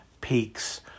peaks